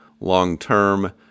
long-term